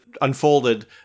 unfolded